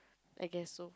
I guess so